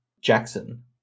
Jackson